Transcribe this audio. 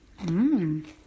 Mmm